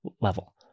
level